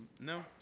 no